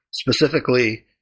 Specifically